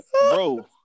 bro